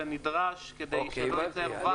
זה נדרש כדי שלא ייווצר ואקום.